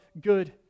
good